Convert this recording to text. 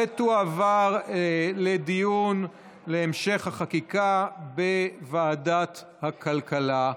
ותועבר לדיון להמשך החקיקה בוועדת הכלכלה.